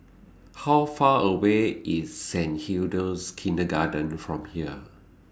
How Far away IS Saint Hilda's Kindergarten from here